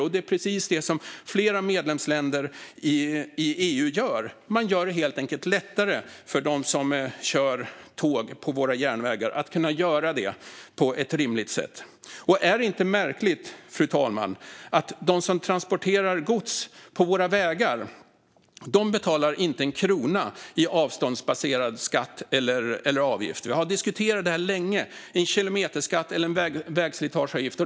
Och det är precis det som flera medlemsländer i EU gör, alltså att man helt enkelt gör det lättare för dem som kör tåg på järnvägarna att kunna göra det på ett rimligt sätt. Fru talman! Är det inte märkligt att de som transporterar gods på våra vägar inte betalar en krona i avståndsbaserad skatt eller avgifter? V har diskuterat detta länge - en kilometerskatt eller en vägslitageavgift.